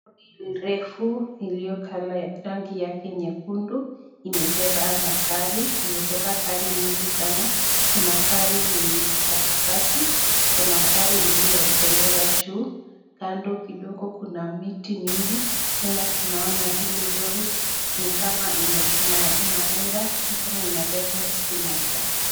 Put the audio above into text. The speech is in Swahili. Lori refu, rangi yake nyekundu, imebeba magari, imebeba gari mingi sana, kuna gari yenye iko katikati, kuna gari iliyowekelewa juu, kando kidogo kuna miti mingi, tena tunaona hili lori ni kama inaenda ni kama inabeba hizi magari.